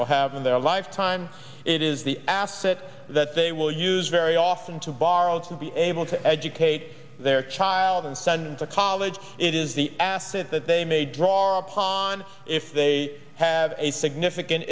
will have in their lifetime it is the asset that they will use very often to borrow to be able to educate their child and son to college it is the asset that they may draw upon if they have a significant